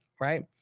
right